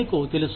మీకు తెలుసు